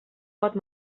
pot